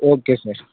okay sir